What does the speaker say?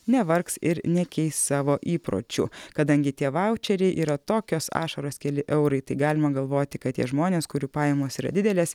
nevargs ir nekeis savo įpročių kadangi tie vaučeriai yra tokios ašaros keli eurai tai galima galvoti kad tie žmonės kurių pajamos yra didelės